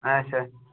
اَچھا